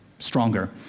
stronger.